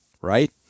right